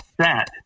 set